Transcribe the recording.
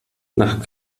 nach